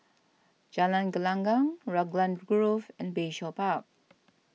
Jalan Gelenggang Raglan Grove and Bayshore Park